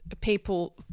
people